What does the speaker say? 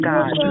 God